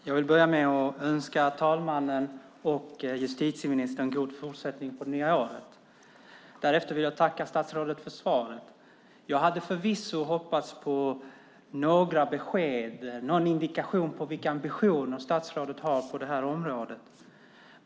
Fru talman! Jag önskar fru talmannen och justitieministern en god fortsättning på det nya året. Jag tackar statsrådet för svaret. Jag hade dock hoppats på någon indikation på vilka ambitioner statsrådet har på detta område.